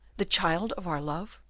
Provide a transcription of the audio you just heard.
the child of our love?